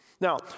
Now